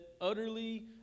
utterly